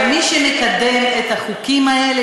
אבל מי שמקדם את החוקים האלה,